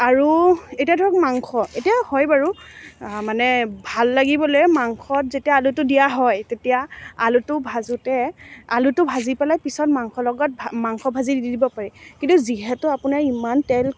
আৰু এতিয়া ধৰক মাংস এতিয়া হয় বাৰু মানে ভাল লাগিবলৈ মাংসত যেতিয়া আলুটো দিয়া হয় তেতিয়া আলুটো ভাজোঁতে আলুটো ভাজি পেলাই পিছত মাংসৰ লগত মাংস ভাজি দি দিব পাৰি কিন্তু যিহেতু আপোনাৰ ইমান তেল